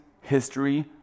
history